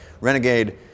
Renegade